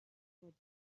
would